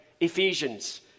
Ephesians